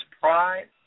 pride